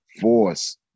force